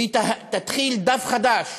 היא תתחיל דף חדש